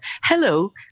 hello